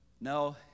No